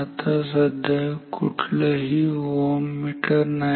आता सध्या कुठलंही ओहममीटर नाही